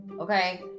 Okay